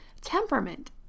temperament